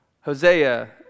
Hosea